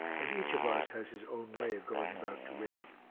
and each of us has his own way of going about to win them.